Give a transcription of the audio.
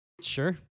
Sure